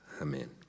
amen